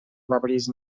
properties